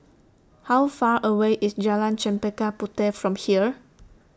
How Far away IS Jalan Chempaka Puteh from here